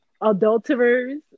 adulterers